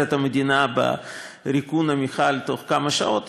את המדינה בריקון המכל בתוך כמה שעות.